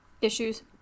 Issues